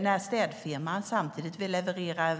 När städfirman vill leverera